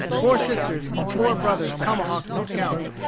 four sisters, and four brothers tomahawked and scalped,